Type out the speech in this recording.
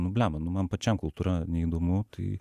nu blemba nu man pačiam kultūra neįdomu tai